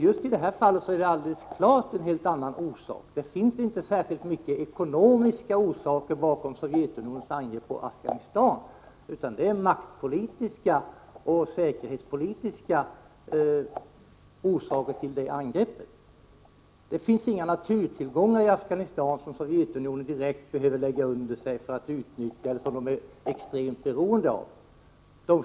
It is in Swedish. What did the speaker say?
Just i det här fallet finns det helt klart andra bakomliggande skäl. Det finns inte särskilt mycket av ekonomiska motiv bakom Sovjetunionens angrepp på Afghanistan, utan det är maktpolitiska och säkerhetspolitiska motiv som ligger bakom detta. Det finns inga naturtillgångar i Afghanistan som Sovjetunionen direkt behöver lägga under sig därför att Sovjetunionen är extremt beroende av dessa.